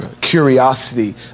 curiosity